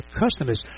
customers